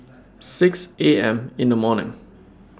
six A M in The morning